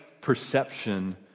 perception